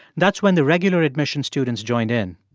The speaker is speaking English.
that's when the regular admission students joined in.